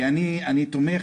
אני תומך